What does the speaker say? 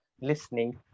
listening